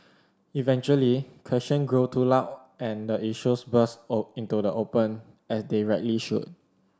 eventually question grow too loud and the issues burst into the open as they rightly should